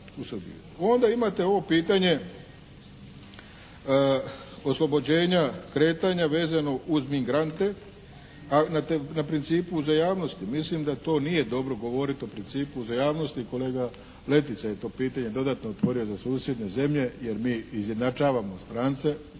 Onda imate ovo pitanje oslobođenja kretanja vezano uz migrante, a na principu uzajamnosti. Mislim da to nije dobro govoriti o principu uzajamnosti kolega Letica je to pitanje dodatno otvorio za susjedne zemlje jer mi izjednačavamo strance